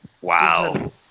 Wow